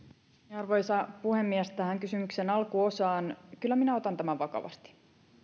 arvoisa puhemies tähän kysymyksen alkuosaan kyllä minä otan tämän vakavasti